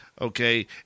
okay